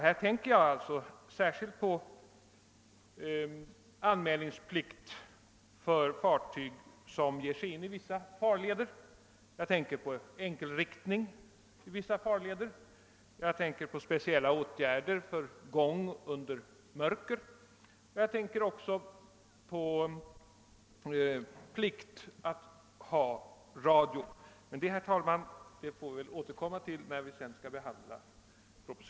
Jag tänker särskilt på anmälningsplikt för fartyg som ger sig in i vissa farleder, jag tänker på enkelriktning i en del farleder, jag tänker på speciella bestämmelser när det gäller gång under mörker och jag tänker på skyldighet att ha radio. Men detta får vi väl, herr talman, återkomma till när propositionen skall behandlas.